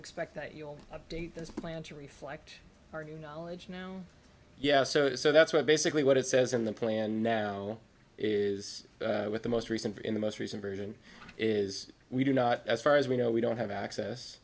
expect that you'll update this plan to reflect our new knowledge now yeah so so that's what basically what it says in the plan now is with the most recent in the most recent version is we do not as far as we know we don't have access